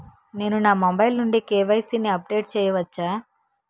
నేను నా మొబైల్ నుండి కే.వై.సీ ని అప్డేట్ చేయవచ్చా?